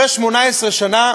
אחרי 18 שנה,